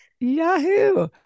Yahoo